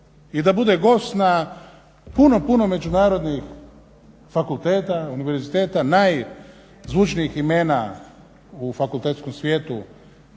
i da bude gost na puno, puno međunarodnih fakulteta, univerziteta najzvučnijih imena u fakultetskom svijetu.